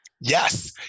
Yes